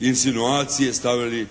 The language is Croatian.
insinuacije stavili.